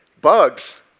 bugs